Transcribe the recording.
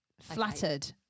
Flattered